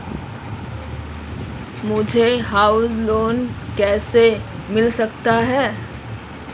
मुझे house loan कैसे मिल सकता है?